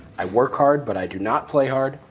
i work hard but i do not play hard.